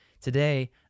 today